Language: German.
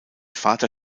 vater